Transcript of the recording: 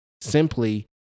simply